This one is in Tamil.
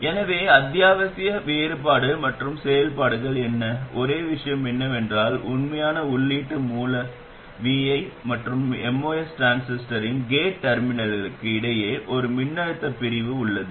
எனவே அத்தியாவசிய வேறுபாடு மற்றும் செயல்பாடு என்ன ஒரே விஷயம் என்னவென்றால் உண்மையான உள்ளீட்டு மூல vi மற்றும் MOS டிரான்சிஸ்டரின் கேட் டெர்மினலுக்கு இடையே ஒரு மின்னழுத்தப் பிரிவு உள்ளது